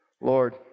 Lord